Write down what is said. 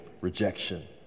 rejection